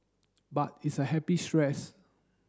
but it's a happy stress